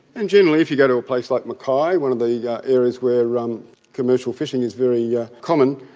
and generally if you go to a place like mackay, one of the yeah areas where um commercial fishing is very yeah common,